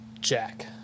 Jack